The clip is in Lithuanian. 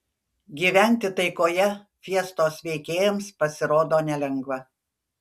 gyventi taikoje fiestos veikėjams pasirodo nelengva